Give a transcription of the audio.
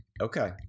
Okay